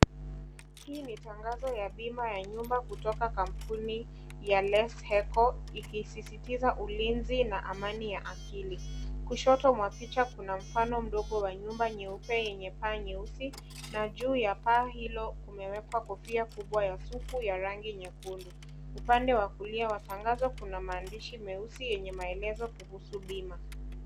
Hii ni tangazo ya bima ya nyumba kutoka kampuni ya Less Heckle ikisisitiza ulinzi na amani ya akili. Kushoto mwa picha kuna mfano mdogo wa nyumba nyeupe yenye paa nyeusi, na juu ya paa hilo kumewekwa kofia kubwa ya sufu ya rangi nyekundu. Upande wa kulia kuna maandishi meusi yenye maelezo kuhusu bima.